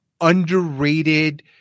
underrated